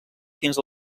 fins